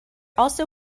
also